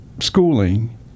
schooling